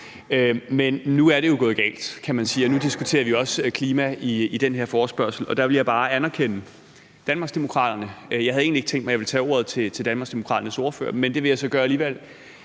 Men nu er det jo gået galt, kan man sige, og nu diskuterer vi også klima i den her forespørgselsdebat, og der vil jeg bare anerkende Danmarksdemokraterne – jeg havde egentlig ikke tænkt mig, at jeg ville tage ordet til Danmarksdemokraternes ordfører, men det vil jeg så gøre alligevel